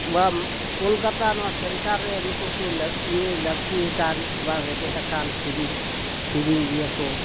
ᱵᱟᱢ ᱠᱳᱞᱠᱟᱛᱟ ᱱᱚᱣᱟ ᱥᱮᱱᱴᱟᱨ ᱨᱮ ᱱᱩᱠᱩ ᱠᱚ ᱤᱭᱟᱹ ᱞᱟᱹᱠᱛᱤ ᱟᱠᱟᱱ ᱵᱟᱝ ᱨᱮᱵᱮᱫ ᱟᱠᱟᱱ ᱥᱮᱨᱮᱧ ᱥᱮᱨᱮᱧ ᱜᱮᱭᱟ ᱠᱚ